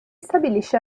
stabilisce